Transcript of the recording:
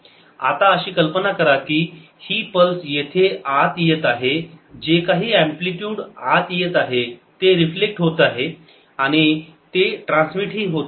आता अशी कल्पना करा की ही पल्स येथे आत येत आहे जे काही अँप्लिटयूड आत येत आहे ते रिफ्लेक्ट होत आहे आणि आणि ते ट्रान्समिट ही होत आहे